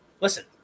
listen